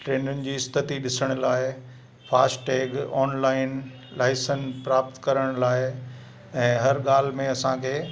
ट्रेनुंनि जी स्थिति ॾिसण लाइ फ़ास टैग ऑनलाइन लाइसेंस प्राप्त करण लाइ ऐं हर ॻाल्हि में असांखे